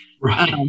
Right